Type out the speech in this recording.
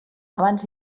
abans